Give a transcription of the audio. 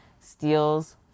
steals